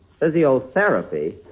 Physiotherapy